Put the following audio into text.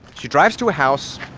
she drives to a house,